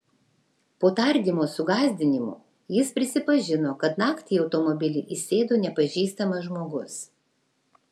po tardymo su gąsdinimų jis prisipažino kad naktį į automobilį įsėdo nepažįstamas žmogus